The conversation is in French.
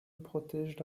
protègent